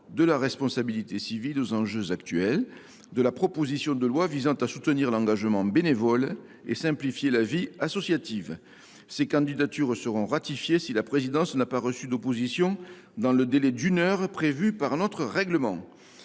de la responsabilité civile aux enjeux actuels et de la proposition de loi visant à soutenir l’engagement bénévole et simplifier la vie associative ont été publiées. Ces candidatures seront ratifiées si la présidence n’a pas reçu d’opposition dans le délai d’une heure prévu par notre règlement.